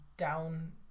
down